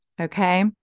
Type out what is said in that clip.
Okay